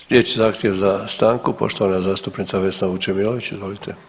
Sljedeći zahtjev za stanku poštovana zastupnica Vesna Vučemilović, izvolite.